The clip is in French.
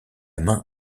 main